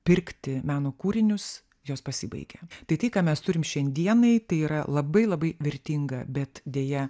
pirkti meno kūrinius jos pasibaigė tai tai ką mes turim šiandienai tai yra labai labai vertinga bet deja